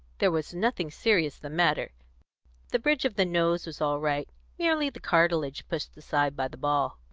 there was nothing serious the matter the bridge of the nose was all right merely the cartilage pushed aside by the ball.